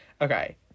Okay